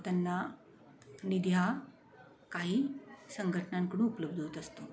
त्यांना निधी हा काही संघटनांकडून उपलब्ध होत असतो